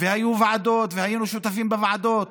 והיו ועדות, והיינו שותפים בוועדות,